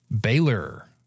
Baylor